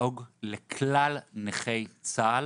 לדאוג לכלל נכי צה"ל,